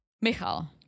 Michael